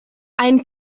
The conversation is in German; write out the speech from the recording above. ein